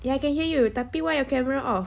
ya can hear you tapi why your camera off